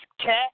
cat